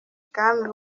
bwami